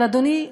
אבל אדוני,